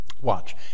Watch